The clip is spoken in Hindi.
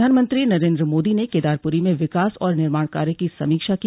प्रधानमंत्री नरेन्द्र मोदी ने केदारपुरी में विकास और निर्माण कार्य की समीक्षा की